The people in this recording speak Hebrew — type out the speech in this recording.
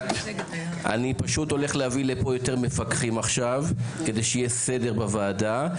אני פשוט הולך להביא לפה יותר מפקחים עכשיו כדי שיהיה סדר בוועדה.